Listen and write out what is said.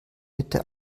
bitte